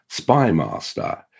spymaster